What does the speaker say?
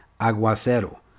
Aguacero